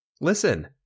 Listen